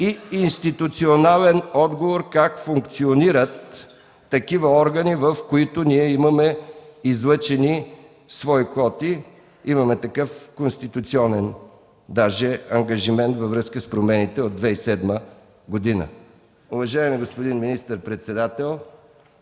и институционален отговор как функционират такива органи, в които ние имаме излъчени свои квоти, дори имаме такъв конституционен ангажимент във връзка с промените от 2007 г. Уважаеми господин министър-председател,